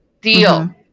deal